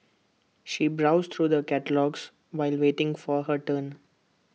she browsed through the catalogues while waiting for her turn